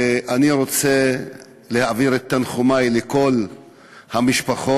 אני רוצה להעביר את תנחומי לכל המשפחות,